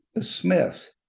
smith